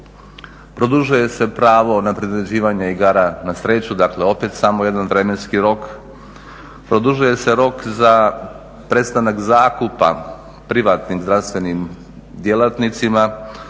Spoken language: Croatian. Produžuje se pravo na priređivanje igara na sreću, dakle opet samo jedan vremenski rok. Produžuje se rok za prestanak zakupa privatnim zdravstvenim djelatnicima